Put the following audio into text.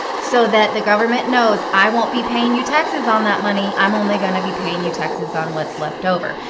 so that the government knows i won't be paying you taxes on that money. i'm only going to be paying your taxes on what's leftover.